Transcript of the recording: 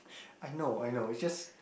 I know I know is just